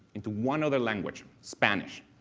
into one other language, spanish.